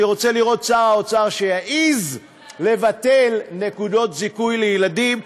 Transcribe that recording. אני רוצה לראות שר אוצר שיעז לבטל נקודות זיכוי לילדים.